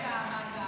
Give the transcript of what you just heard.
עם